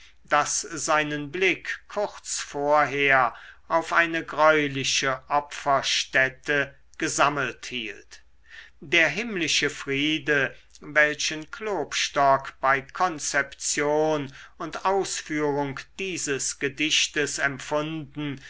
das seinen blick kurz vorher auf eine greuliche opferstätte gesammelt hielt der himmlische friede welchen klopstock bei konzeption und ausführung dieses gedichtes empfunden